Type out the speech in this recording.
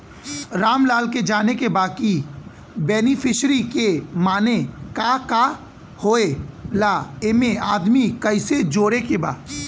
रामलाल के जाने के बा की बेनिफिसरी के माने का का होए ला एमे आदमी कैसे जोड़े के बा?